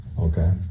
Okay